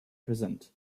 present